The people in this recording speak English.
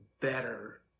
better